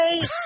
Hey